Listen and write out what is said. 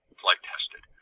flight-tested